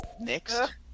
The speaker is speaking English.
Next